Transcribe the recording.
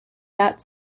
that